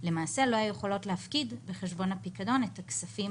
לא יכולות להפקיד בחשבון הפיקדון את הכספים